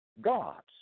gods